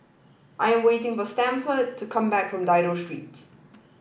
I am waiting for Stanford to come back from Dido Street